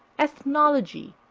ethnology,